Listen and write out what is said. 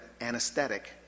anesthetic